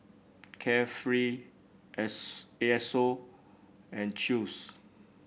Carefree S A S O and Chew's